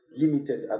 limited